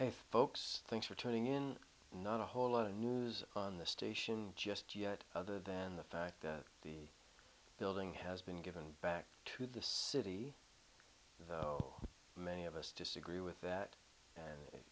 hey folks thanks for tuning in not a whole lot of news on the station just yet other than the fact that the building has been given back to the city though many of us disagree with that